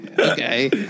Okay